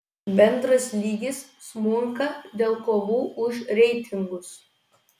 bendras lygis smunka dėl kovų už reitingus